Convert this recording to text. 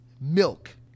milk